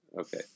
Okay